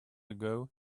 ago